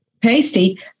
pasty